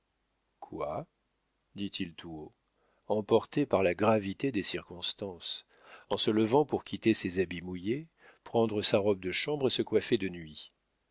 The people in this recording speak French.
quoi dit-il tout haut emporté par la gravité des circonstances en se levant pour quitter ses habits mouillés prendre sa robe de chambre et se coiffer de nuit